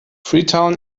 freetown